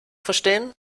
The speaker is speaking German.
verstehen